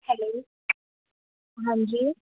hello ਹਾਂਜੀ